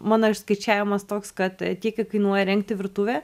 mano išskaičiavimas toks kad tiek kiek kainuoja įrengti virtuvę